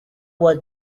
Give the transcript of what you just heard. was